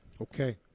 Okay